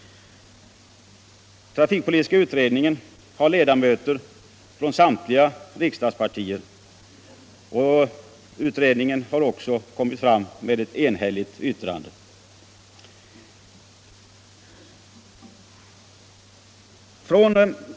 Trafikpolitiska utredningen har ledamöter från samtliga riksdagspartier och har avgivit ett enhälligt yttrande.